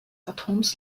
atoms